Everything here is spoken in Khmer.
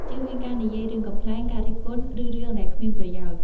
ជៀសវាងការនិយាយរឿងកំប្លែង ការរិះគន់ ឬរឿងដែលគ្មានប្រយោជន៍។